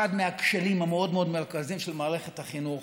אחד מהכשלים המאוד-מאוד מרכזיים של מערכת החינוך,